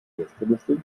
gästeliste